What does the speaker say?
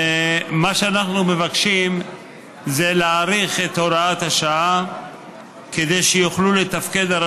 ומה שאנחנו מבקשים הוא להאריך את הוראת השעה כדי שהרשויות יוכלו לתפקד.